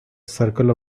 circle